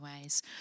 ways